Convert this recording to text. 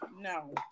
No